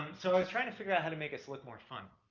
um so i was trying to figure out how to make this look more fun